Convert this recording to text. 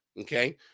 okay